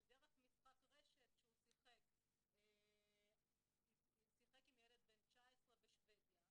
שדרך משחק רשת שהוא שיחק עם ילד בן 19 בשבדיה,